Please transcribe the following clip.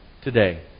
today